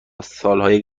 سالهای